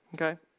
Okay